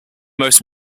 most